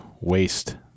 waste